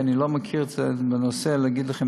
כי אני לא מכיר את הנושא כדי להגיד לכם